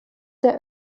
der